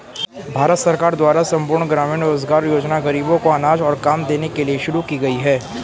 भारत सरकार द्वारा संपूर्ण ग्रामीण रोजगार योजना ग़रीबों को अनाज और काम देने के लिए शुरू की गई है